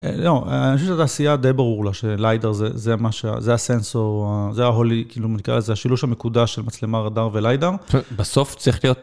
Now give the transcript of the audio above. לא, אני חושב שזו עשייה די ברור לה שלידאר, זה מה שה... זה הסנסור, זה ההולי, כאילו נקרא לזה, שילוש המקודש של מצלמה רדאר וליידאר. בסוף צריך להיות...